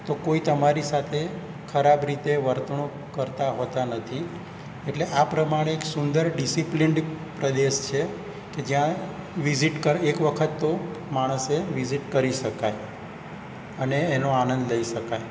તો કોઈ તમારી સાથે ખરાબ રીતે વર્તણૂક કરતા હોતા નથી એટલે આ પ્રમાણે એક સુંદર ડિસિપ્લિન્ડ પ્રદેશ છે કે જ્યાં વિઝિટ કર એક વખત તો માણસે વિઝિટ કરી શકાય અને એનો આનંદ લઈ શકાય